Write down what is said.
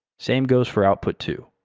same goes for output two.